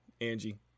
Angie